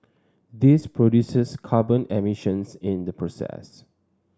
this produces carbon emissions in the process